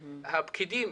הפקידים,